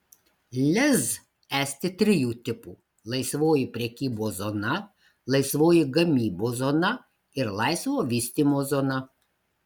lez esti trijų tipų laisvoji prekybos zona laisvoji gamybos zona ir laisvo vystymo zona